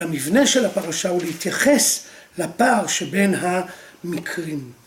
‫המבנה של הפרשה הוא להתייחס ‫לפער שבין המקרים.